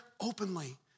openly